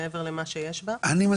כן,